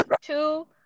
two